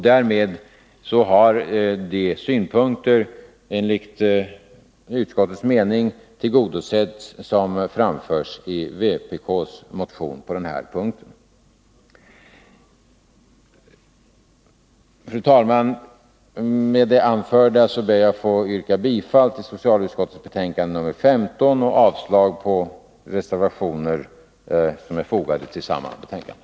Enligt utskottets mening har därmed de önskemål tillgodosetts som framförs i vpk:s motion på den här punkten. Fru talman! Med det anförda ber jag att få yrka bifall till hemställan i socialutskottets betänkande 15 samt avslag på de reservationer som är fogade vid detta betänkande.